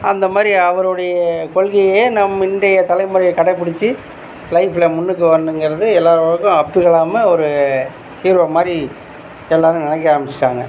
அந்த மாதிரி அவருடைய கொள்கையை நம் இன்றைய தலைமுறை கடைபிடித்து லைஃப்பில் முன்னுக்கு வரணும்கிறது எல்லோருக்கும் அப்துல்கலாமு ஒரு ஹீரோ மாதிரி எல்லோரும் நினைக்க ஆரம்பிச்சிட்டாங்க